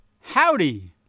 howdy